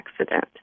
accident